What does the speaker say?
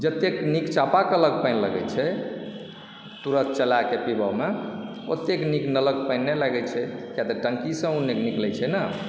जतेक निक चापाकलक पानि लगैत छै तुरत चलाकऽ पीबएमे ओतेक नीक नलक पानि नहि लगैत छै किआतऽ टंकीसँ ओ निकलय छै न